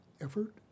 effort